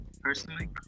personally